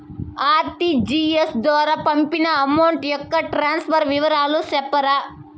RTGS ద్వారా పంపిన amount యొక్క ట్రాన్స్ఫర్ వివరాలు సెప్తారా